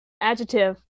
adjective